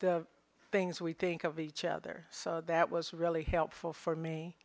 the things we think of each other so that was really helpful for me